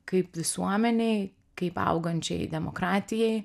kaip visuomenei kaip augančiai demokratijai